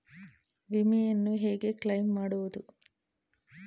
ವಿಮೆಯನ್ನು ಹೇಗೆ ಕ್ಲೈಮ್ ಮಾಡುವುದು?